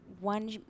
one